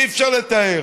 אי-אפשר לתאר